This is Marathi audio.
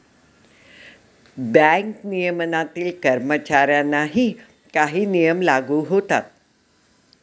बँक नियमनातील कर्मचाऱ्यांनाही काही नियम लागू होतात